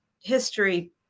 history